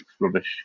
Rubbish